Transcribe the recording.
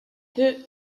deux